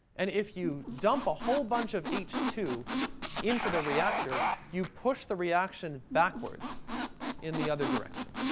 and if you dump a whole bunch of h two into the reactor, you push the reaction backwards in the other direction.